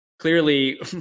clearly